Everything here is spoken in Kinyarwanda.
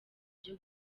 byo